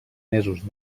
mesos